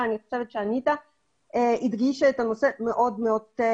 ואני חושבת שאניטה הדגישה את הנושא מאוד טוב.